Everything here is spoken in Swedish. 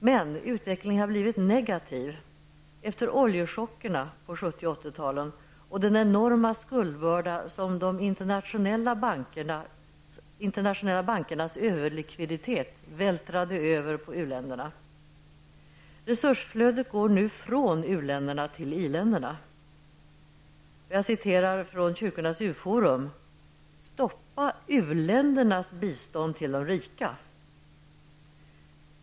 Men utvecklingen har blivit negativ efter oljechockerna på 70 och 80-talen och den enorma skuldbörda som de internationella bankernas överlikviditet vältrade över på u-länderna. Resursflödet går nu från u-länderna till i-länderna. Kyrkornas u-forum säger: Stoppa u-ländernas bistånd till de rika.